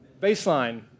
Baseline